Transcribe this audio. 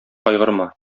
кайгырма